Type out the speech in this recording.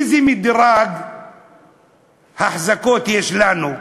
איזה מדרג אחזקות יש לנו?